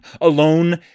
alone